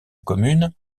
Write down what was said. commune